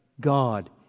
God